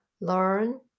learn